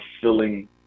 filling